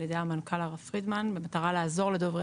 על ידי המנכ"ל הרב פרידמן במטרה לעזור לדוברי